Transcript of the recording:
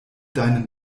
deinen